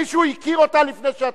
אין לי ציפיות.